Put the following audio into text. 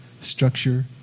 structure